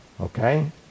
Okay